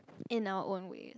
in our own ways